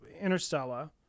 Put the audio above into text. Interstellar